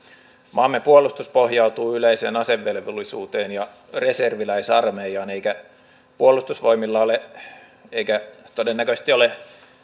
maamme puolustus pohjautuu yleiseen asevelvollisuuteen ja reserviläisarmeijaan eikä puolustusvoimilla ole eikä todennäköisesti ole